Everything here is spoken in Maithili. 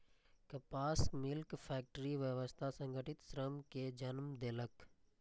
कपास मिलक फैक्टरी व्यवस्था संगठित श्रम कें जन्म देलक